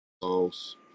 Close